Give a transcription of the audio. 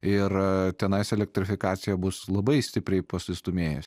ir tenais elektrifikacija bus labai stipriai pasistūmėję